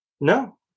no